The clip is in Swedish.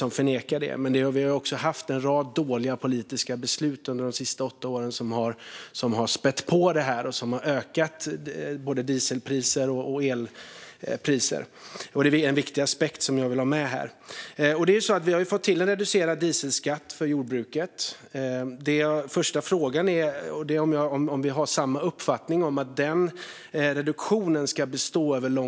Men de senaste åtta åren har det också fattats en rad dåliga politiska beslut som har spätt på det här och lett till ökade dieselpriser och elpriser. Det är en viktig aspekt som jag vill ha med. Vi har fått till en reducerad dieselskatt för jordbruket. Den första frågan är om vi har samma uppfattning om att den reduktionen ska bestå under lång tid.